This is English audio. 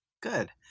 Good